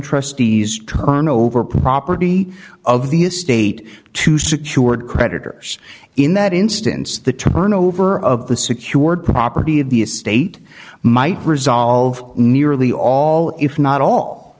trustees turn over property of the estate to secured creditors in that instance the turnover of the secured property of the estate might resolve nearly all if not all